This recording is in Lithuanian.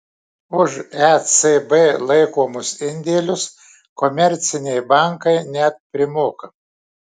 už ecb laikomus indėlius komerciniai bankai net primoka